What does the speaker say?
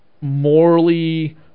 morally